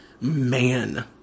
man